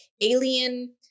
alien